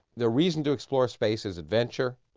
the reason to explore space is adventure,